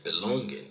belonging